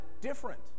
different